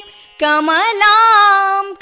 Kamalam